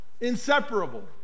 Inseparable